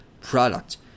product